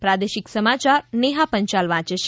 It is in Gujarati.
પ્રાદેશિક સમાચાર નેહા પંચાલ વાંચ છે